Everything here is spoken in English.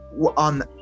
on